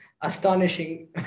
astonishing